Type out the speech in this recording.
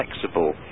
flexible